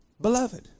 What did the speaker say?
beloved